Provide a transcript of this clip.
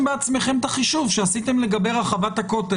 בעצמכם את החישוב שעשיתם לגבי רחבת הכותל?